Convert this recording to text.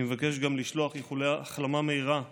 אני מבקש גם לשלוח איחולי החלמה מהירה לפצועים.